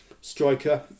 striker